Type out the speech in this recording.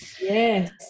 yes